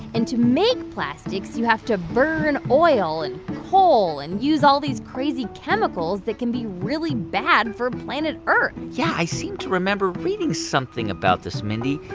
and to make plastics, you have to burn oil and coal and use all these crazy chemicals that can be really bad for planet earth yeah, i seem to remember reading something about this, mindy,